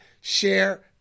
share